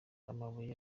amabuye